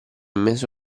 mese